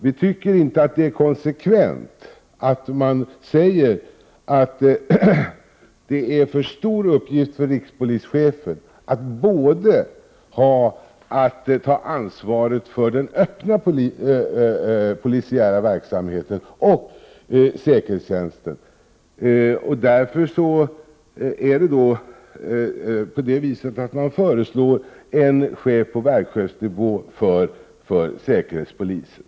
Vi motionärer tycker inte att det är konsekvent att säga att det är en för stor uppgift för rikspolischefen att ta ansvar både för den öppna polisiära verksamheten och för säkerhetstjänsten. Man föreslår en chef på verkschefsnivå för säkerhetspolisen.